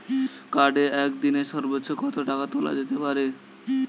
কার্ডে একদিনে সর্বোচ্চ কত টাকা তোলা যেতে পারে?